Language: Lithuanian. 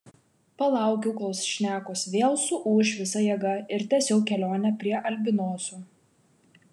palaukiau kol šnekos vėl suūš visa jėga ir tęsiau kelionę prie albinoso